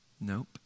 Nope